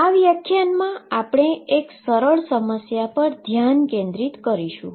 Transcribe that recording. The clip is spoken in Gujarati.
આ વ્યાખ્યાનમાં આપણે એક સરળ સમસ્યા પર ધ્યાન કેન્દ્રિત કરીશું